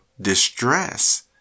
distress